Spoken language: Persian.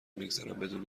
میگذرن، بدون